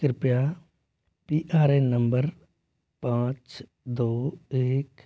कृपया P R A N number पाँच दो एक